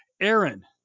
Aaron